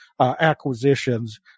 acquisitions